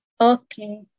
Okay